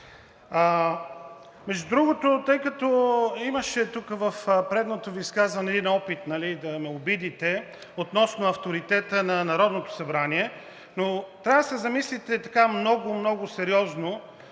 Между другото, тъй като имаше в предното Ви изказване един опит да ме обидите относно авторитета на Народното събрание, трябва да се замислите много, много сериозно: